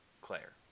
Claire